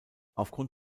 aufgrund